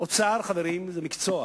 אוצר, חברים, זה מקצוע,